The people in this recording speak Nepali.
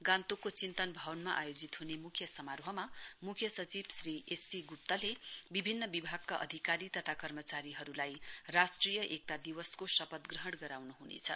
गान्तोकको चिन्तन भवनमा आयोजित हुने मुख्य समारोहमा मुख्य सचिव श्री एससी गुप्ताले विभिन्न विभागका अधिकारी तथा कर्मचारीहरुलाई राष्ट्रिय एकता दिवसको शपथ ग्रहण गराउनु हुनेछ